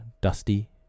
dusty